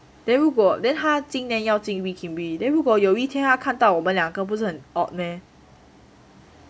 then 如果 then 他今年要进 wee kim wee then 如果有一天他看到我们两个不是很 odd meh